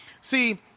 See